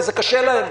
וזה קשה להם.